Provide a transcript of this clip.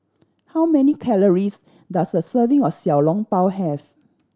how many calories does a serving of Xiao Long Bao have